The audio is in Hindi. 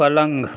पलंग